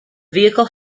vehicle